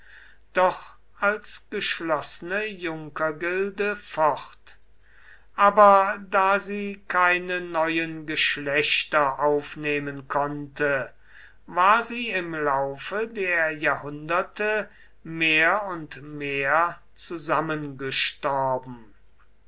doch als geschlossene junkergilde fort aber da sie keine neuen geschlechter aufnehmen konnte war sie im laufe der jahrhunderte mehr und mehr